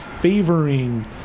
favoring